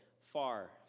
far